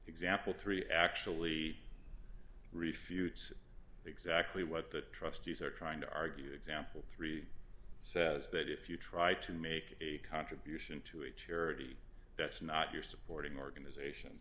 example three actually refutes exactly what the trustees are trying to argue example three says that if you try to make a contribution to a charity that's not you're supporting organization